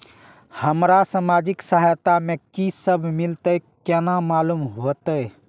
हमरा सामाजिक सहायता में की सब मिलते केना मालूम होते?